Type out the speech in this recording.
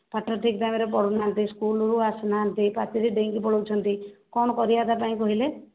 ପାଠ ଠିକଠାକରେ ପଢ଼ୁନାହାଁନ୍ତି ସ୍କୁଲ୍କୁ ଆସୁନାହାଁନ୍ତି ପାଚେରି ଡେଇଁକି ପଳଉଛନ୍ତି କ'ଣ କରିବା ତା'ପାଇଁ କହିଲେ